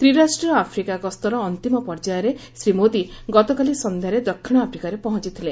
ତ୍ରିରାଷ୍ଟ୍ରୀୟ ଆଫ୍ରିକା ଗସ୍ତର ଅନ୍ତିମ ପର୍ଯ୍ୟାୟରେ ଶ୍ରୀ ମୋଦି ଗତକାଲି ସନ୍ଧ୍ୟାରେ ଦକ୍ଷିଣ ଆଫ୍ରିକାରେ ପହଞ୍ଚିଥିଲେ